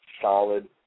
solid